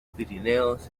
pirineos